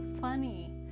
funny